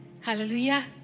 Hallelujah